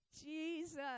Jesus